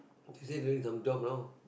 you say you doing some job now